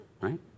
right